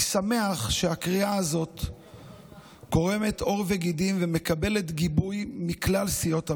ואני שמח שהקריאה הזאת קורמת עור וגידים ומקבלת גיבוי מכלל סיעות הבית.